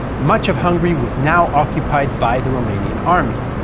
much of hungary was now occupied by the romanian army,